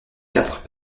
quatre